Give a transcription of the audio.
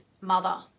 mother